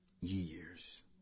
years